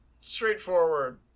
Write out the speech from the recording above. straightforward